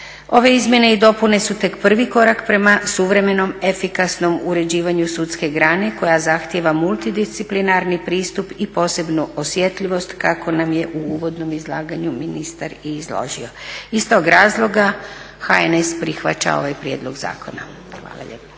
Ove izmjene i dopune su tek prvi korak prema suvremenom, efikasnom uređivanju sudske grane koja zahtijeva multidisciplinarni pristup i posebnu osjetljivost, kako nam je u uvodnom izlaganju ministar i izložio. Iz tog razloga HNS prihvaća ovaj prijedlog zakona. Hvala lijepo.